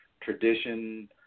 tradition